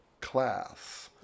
class